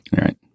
right